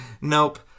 Nope